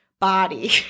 body